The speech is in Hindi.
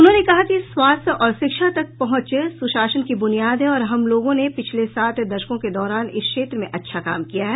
उन्होंने कहा कि स्वास्थ्य और शिक्षा तक पहुंच सुशासन की बुनियाद है और हम लोगों ने पिछले सात दशकों के दौरान इस क्षेत्र में अच्छा काम किया है